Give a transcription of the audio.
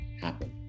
happen